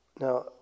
Now